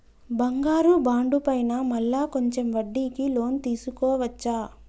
బంగారు బాండు పైన మళ్ళా కొంచెం వడ్డీకి లోన్ తీసుకోవచ్చా?